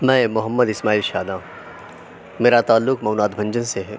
میں محمد اسماعیل شاداں میرا تعلق مئو ناتھ بھنجن سے ہے